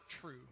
true